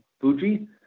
Fuji